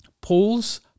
Paul's